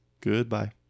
Goodbye